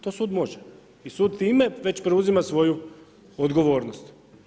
To sud može i sud time već preuzima svoju odgovornost.